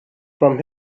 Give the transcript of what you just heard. from